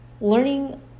learning